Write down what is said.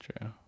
true